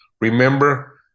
remember